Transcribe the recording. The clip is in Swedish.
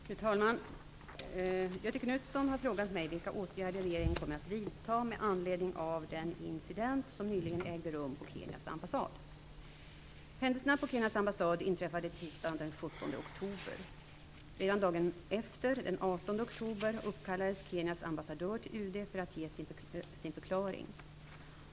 Fru talman! Göthe Knutson har frågat mig vilka åtgärder regeringen kommer att vidta med anledning av den incident som nyligen ägde rum på Kenyas ambassad. Händelserna på Kenyas ambassad inträffade tisdagen den 17 oktober. Redan dagen efter, den 18 oktober, uppkallades Kenyas ambassadör till UD för att ge sin förklaring.